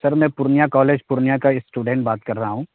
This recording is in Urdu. سر میں پورنیہ کالج پورنیہ کا اسٹوڈنٹ بات کر رہا ہوں